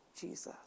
Jesus